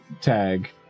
tag